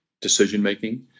decision-making